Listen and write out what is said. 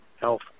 health